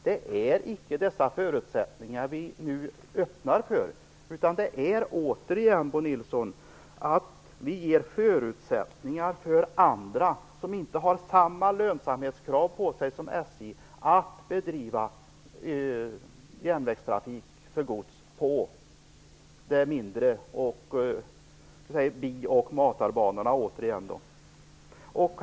Vi öppnar icke för dessa förutsättningar, utan vi ger förutsättningar för andra, som inte har samma lönsamhetskrav på sig som SJ, att bedriva järnvägstrafik för gods på bi och matarbanorna. Herr talman!